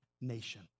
nation